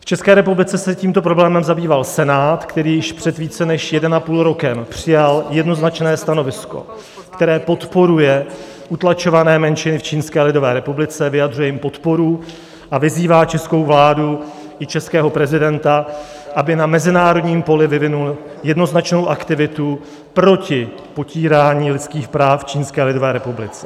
V České republice se tímto problémem zabýval Senát, který již před více než jedním a půl rokem přijal jednoznačné stanovisko, které podporuje utlačované menšiny v Čínské lidové republice, vyjadřuje jim podporu a vyzývá českou vládu i českého prezidenta, aby na mezinárodním poli vyvinuli jednoznačnou aktivitu proti potírání lidských práv v Čínské lidové republice.